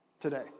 today